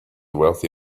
wealthy